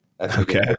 Okay